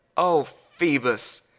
o phoebus!